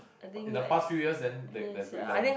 but in the past few years then there there's breakdowns